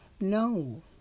No